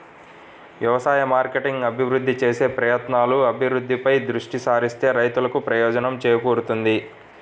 వ్యవసాయ మార్కెటింగ్ అభివృద్ధి చేసే ప్రయత్నాలు, అభివృద్ధిపై దృష్టి సారిస్తే రైతులకు ప్రయోజనం చేకూరుతుంది